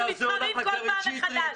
אנחנו נבחרים כל פעם מחדש.